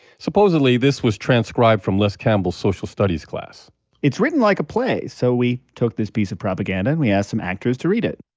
supposedly, this was transcribed from les campbell's social studies class it's written like a play. so we took this piece of propaganda, and we asked some actors to read it